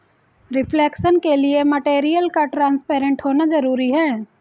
reflection के लिए material का ट्रांसपेरेंट होना जरूरी है